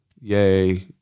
Yay